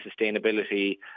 sustainability